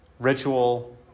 ritual